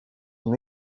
son